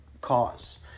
cause